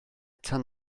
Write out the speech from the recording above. tan